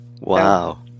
Wow